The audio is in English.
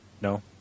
No